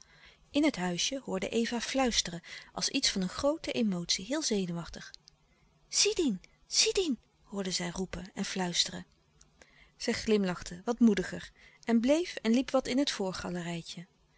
in het huisje hoorde eva fluisteren als iets van een groote emotie louis couperus de stille kracht heel zenuwachtig sidin sidin hoorde zij roepen en fluisteren zij glimlachte wat moediger en bleef en liep wat in het